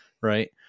right